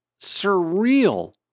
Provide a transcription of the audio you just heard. surreal